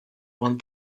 want